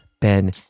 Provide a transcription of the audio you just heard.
Ben